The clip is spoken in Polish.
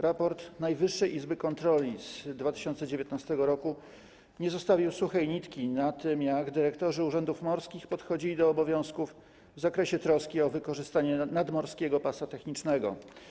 Raport Najwyższej Izby Kontroli z 2019 r. nie zostawił suchej nitki na tym, jak dyrektorzy urzędów morskich podchodzili do obowiązków w zakresie troski o wykorzystanie nadmorskiego pasa technicznego.